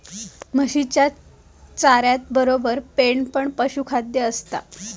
म्हशीच्या चाऱ्यातबरोबर पेंड पण पशुखाद्य असता